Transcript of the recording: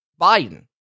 Biden